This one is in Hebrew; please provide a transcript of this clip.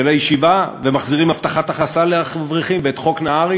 הישיבה ומחזירים הבטחת הכנסה לאברכים ואת חוק נהרי.